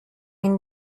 این